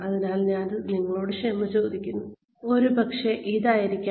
അതിനാൽ ഞാൻ നിങ്ങളോട് ക്ഷമ ചോദിക്കുന്നു ഒരുപക്ഷേ ഇത് ഇതായിരിക്കണം